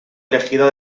elegida